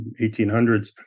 1800s